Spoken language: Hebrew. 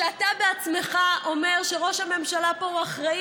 כשאתה בעצמך אומר שראש הממשלה פה הוא אחראי